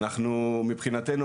אנחנו מבחינתנו,